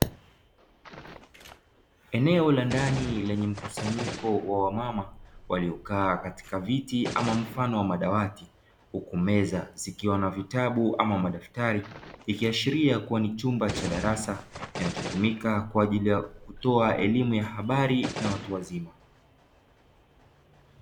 Eneo la ndani lenye mkusanyiko wa wamama waliokaa katika viti ama mfano wa madawati huku meza zikiwa na vitabu ama madaftari ikiashiria kuwa ni chumba cha darasa kinachotumika kwa ajili ya kutoa elimu ya habari na watu wazima.